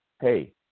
Hey